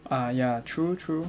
ah ya true true